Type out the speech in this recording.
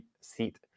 seat